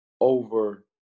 over